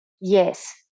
Yes